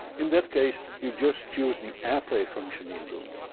in that case you just choose the airplay function in roon.